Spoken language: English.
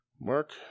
Mark